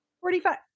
Forty-five